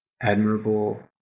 admirable